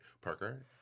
Parker